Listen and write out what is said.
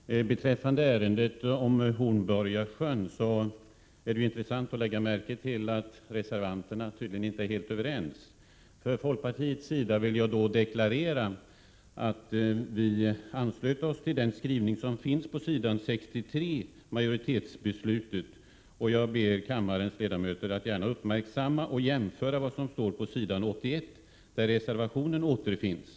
Fru talman! Beträffande ärendet om Hornborgasjön är det intressant att lägga märke till att reservanterna tydligen inte är helt överens. För folkpartiets del vill jag deklarera att folkpartiet anslöt sig till utskottets majoritetsskrivning som finns på s. 63. Jag ber kammarens ledamöter att uppmärksamma den och jämföra den med vad som står på s. 81, där reservation 29 återfinns.